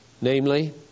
namely